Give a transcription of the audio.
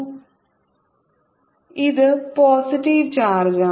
വയലും ഇത് പോസിറ്റീവ് ചാർജാണ്